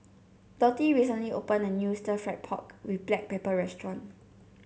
Dottie recently opened a new Stir Fried Pork with Black Pepper restaurant